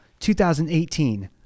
2018